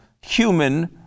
human